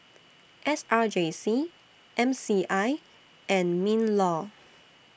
S R J C M C I and MINLAW